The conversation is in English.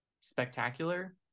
spectacular